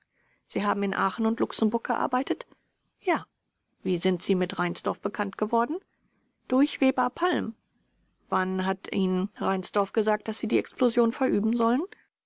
sie haben in aachen und luxemburg gearbeitet b ja vors wie sind sie mit reinsdorf bekannt geworden b durch weber palm vors wann hat ihnen reinsdorf gesagt daß sie die explosion verüben sollen